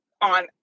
on